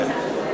כן.